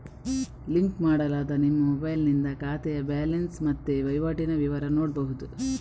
link ಮಾಡಲಾದ ನಿಮ್ಮ ಮೊಬೈಲಿನಿಂದ ಖಾತೆಯ ಬ್ಯಾಲೆನ್ಸ್ ಮತ್ತೆ ವೈವಾಟಿನ ವಿವರ ನೋಡ್ಬಹುದು